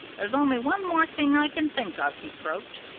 there's only one more thing i can think of, he croaked,